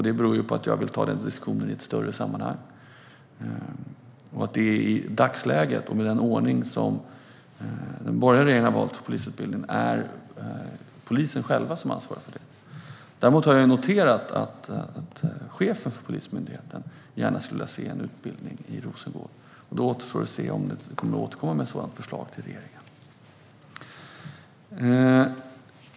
Det beror på att jag vill ta den diskussionen i ett större sammanhang. I dagsläget och med den ordning som den borgerliga regeringen har valt för polisutbildningen är det Polismyndigheten själv som ansvarar för det. Jag har noterat att chefen för Polismyndigheten gärna vill se en utbildning i Rosengård. Men det återstår att se om man återkommer med ett sådant förslag till regeringen.